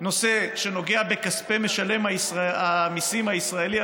נושא שנוגע לכספי משלם המיסים הישראלי,